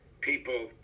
people